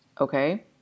okay